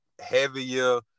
heavier